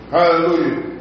Hallelujah